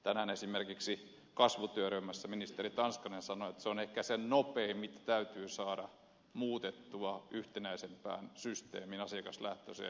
tänään esimerkiksi kasvu työryhmässä ministeri tanskanen sanoi että se on ehkä se nopein asia mikä täytyy saada muutettua yhtenäisempään asiakaslähtöiseen systeemiin